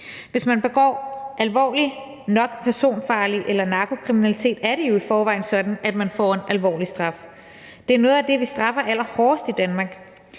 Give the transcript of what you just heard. Hvis man begår alvorlig eller personfarlig kriminalitet eller narkokriminalitet, er det jo i forvejen sådan, at man får en alvorlig straf. Det er noget af det, vi straffer allerhårdest i Danmark,